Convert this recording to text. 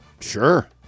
Sure